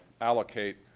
allocate